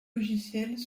logicielles